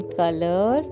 color